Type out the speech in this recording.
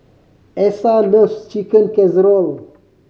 Essa loves Chicken Casserole